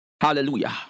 Hallelujah